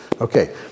Okay